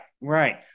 right